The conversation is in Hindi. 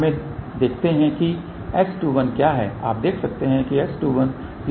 हमें देखते हैं कि S21 क्या है आप देख सकते हैं कि S21 001 dB है ठीक है